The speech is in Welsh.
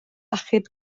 achub